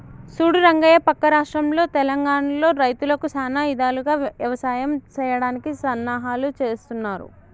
సూడు రంగయ్య పక్క రాష్ట్రంలో తెలంగానలో రైతులకు సానా ఇధాలుగా యవసాయం సెయ్యడానికి సన్నాహాలు సేస్తున్నారు